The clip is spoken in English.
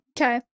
Okay